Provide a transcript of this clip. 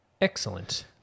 Excellent